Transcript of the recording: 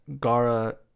Gara